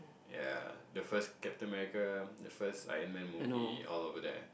yea the first Captain-America the first slide man movie all over there